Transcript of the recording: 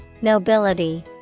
nobility